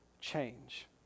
change